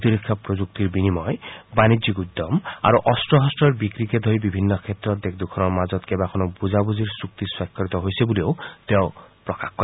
প্ৰতিৰক্ষা প্ৰযুক্তিৰ বিনিময় বাণিজ্যিক উদ্যম আৰু অস্ত্ৰ শস্ত্ৰৰ বিক্ৰীকে ধৰি বিভিন্ন ক্ষেত্ৰত দুয়োদেশৰ মাজত কেবাখনো বুজাবুজি চুক্তিত স্বাক্ষৰিত হৈছে বুলিও তেওঁ প্ৰকাশ কৰে